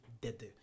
dead